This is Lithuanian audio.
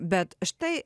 bet štai